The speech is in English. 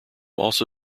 also